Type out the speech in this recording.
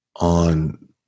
on